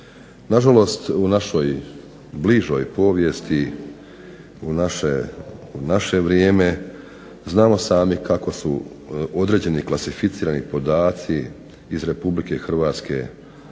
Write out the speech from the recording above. Nažalost, u našoj bližoj povijesti u naše vrijeme, znamo sami kako su određeni klasificirani podaci iz RH dostavljani,